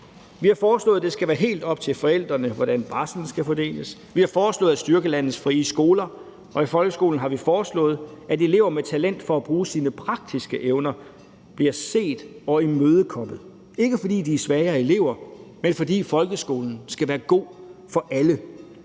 Vi har foreslået, at det skal være helt op til forældrene, hvordan barslen skal fordeles, vi har foreslået at styrke landets frie skoler, og i forhold til folkeskolen har vi foreslået, at elever med talent for at bruge deres praktiske evner bliver set og imødekommet, ikke fordi de er svagere elever, men fordi folkeskolen skal være god for alle